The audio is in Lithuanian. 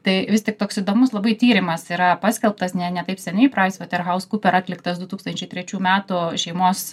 tai vis tik toks įdomus labai tyrimas yra paskelbtas ne ne taip seniai price waterhouse cooper atliktas du tūkstančiai trečių metų šeimos